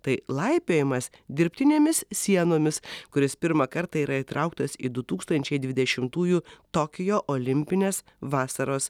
tai laipiojimas dirbtinėmis sienomis kuris pirmą kartą yra įtrauktas į du tūkstančiai dvidešimtųjų tokijo olimpines vasaros